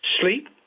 Sleep